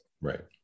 Right